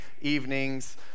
evenings